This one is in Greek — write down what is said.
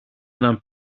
έναν